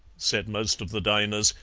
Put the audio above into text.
said most of the diners,